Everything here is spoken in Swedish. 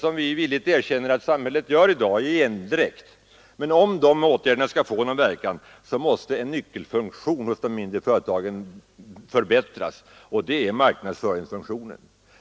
Den satsningen görs i endräkt: det erkänner vi villigt. Men om de här åtgärderna skall få någon verkan, måste en nyckelfunktion hos de mindre företagen förbättras, och det är marknadsföringsfunktionen.